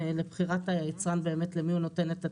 לבחירת היצרן באמת למי הוא נותן את התיק.